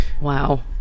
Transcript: Wow